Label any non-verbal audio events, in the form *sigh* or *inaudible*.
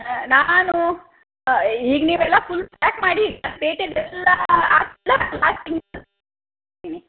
ಹಾಂ ನಾನು ಈಗ ನೀವೆಲ್ಲಾ ಫುಲ್ ಪ್ಯಾಕ್ ಮಾಡಿ ಪೇಟೆಲೆಲ್ಲಾ *unintelligible*